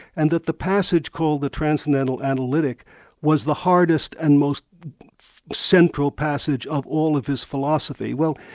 and that the passage called the transcendental analytic was the hardest and most central passage of all of his philosophy. well